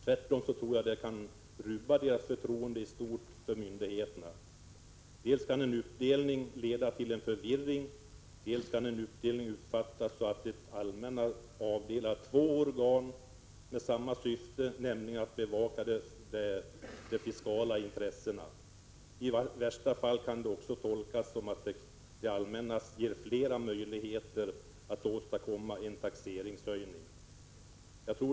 Tvärtom skulle det kunna rubba förtroendet i stort för myndigheterna. En uppdelning kan dels leda till förvirring, dels uppfattas så att det allmänna har avdelat två organ med samma syfte, nämligen att bevaka det fiskala intresset. I värsta fall kan en uppdelning också tolkas som att det allmänna ges flera möjligheter att åstadkomma en taxeringshöjning.